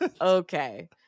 okay